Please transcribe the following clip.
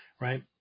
right